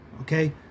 Okay